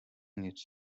nic